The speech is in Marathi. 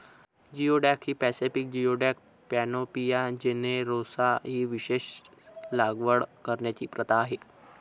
जिओडॅक ही पॅसिफिक जिओडॅक, पॅनोपिया जेनेरोसा ही विशेषत लागवड करण्याची प्रथा आहे